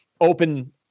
open